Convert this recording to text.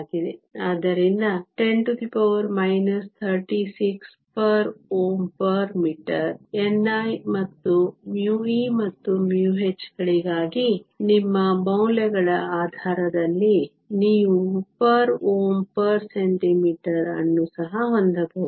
ಆದ್ದರಿಂದ 10 36 Ω 1 m 1 ni ಮತ್ತು μe ಮತ್ತು μh ಗಳಿಗಾಗಿ ನಿಮ್ಮ ಮೌಲ್ಯಗಳ ಆಧಾರದಲ್ಲಿ ನೀವು Ω 1 cm 1 ಅನ್ನು ಸಹ ಹೊಂದಬಹುದು